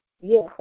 Yes